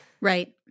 Right